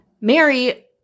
Mary